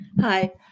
Hi